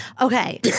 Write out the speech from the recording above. Okay